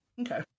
Okay